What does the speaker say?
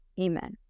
amen